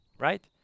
right